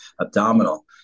abdominal